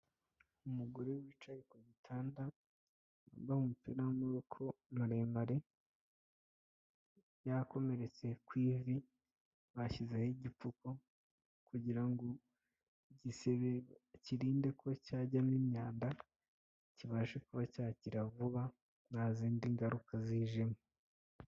Umugore wicaye ku gitanda wambaye umpira w'amaboko maremare yakomeretse ku ivi bashyizeho igipfuku kugira ngo igisebe akirinde kuba cyajyamo imyanda kibashe kuba cyakira vuba nta zindi ngaruka zijimo.